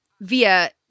via